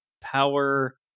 power